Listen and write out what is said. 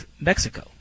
Mexico